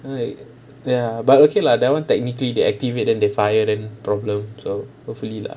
then like ya but okay lah that [one] technically they activate then they fired then problem so hopefully lah